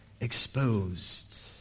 exposed